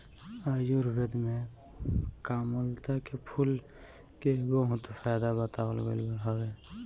आयुर्वेद में कामलता के फूल के बहुते फायदा बतावल गईल हवे